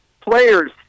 players